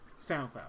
SoundCloud